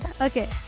Okay